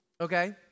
okay